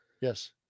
Yes